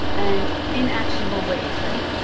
and in actionable ways, right?